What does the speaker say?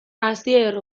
asier